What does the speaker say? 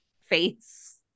face